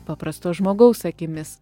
paprasto žmogaus akimis